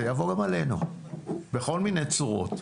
זה יבוא גם עלינו בכל מיני צורות.